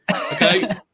okay